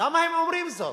למה הם אומרים זאת?